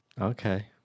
okay